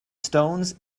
stones